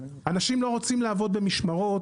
אנשים לא רוצים לעבוד במשמרות,